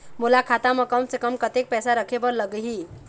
मोला खाता म कम से कम कतेक पैसा रखे बर लगही?